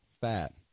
fat